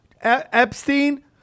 Epstein